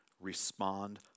respond